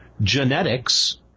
genetics